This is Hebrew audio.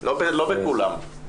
לא בכולם.